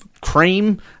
cream